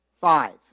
Five